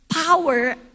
power